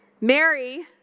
Mary